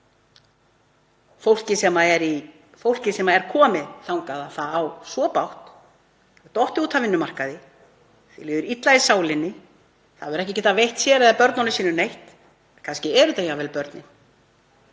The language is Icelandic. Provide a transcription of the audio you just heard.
fólkið sem er komið þangað að það á svo bágt, er dottið út af vinnumarkaði, líður illa á sálinni. Það hefur ekki getað veitt sér eða börnunum sínum neitt. Kannski eru þetta jafnvel börnin.